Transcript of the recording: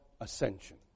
ascension